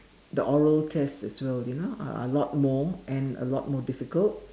the oral test as well you know a lot more and a lot more difficult